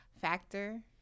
factor